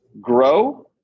grow